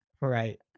Right